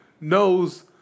knows